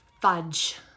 fudge